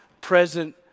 present